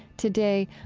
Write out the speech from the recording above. today,